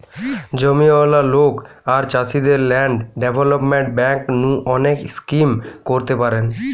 জমিয়ালা লোক আর চাষীদের ল্যান্ড ডেভেলপমেন্ট বেঙ্ক নু অনেক স্কিম করতে পারেন